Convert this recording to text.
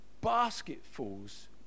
basketfuls